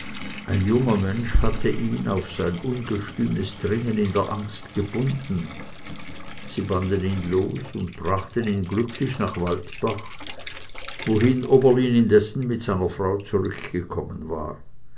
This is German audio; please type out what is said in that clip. ein junger mensch hatte ihn auf sein ungestümes dringen in der angst gebunden sie banden ihn los und brachten ihn glücklich nach waldbach wohin oberlin indessen mit seiner frau zurückgekommen war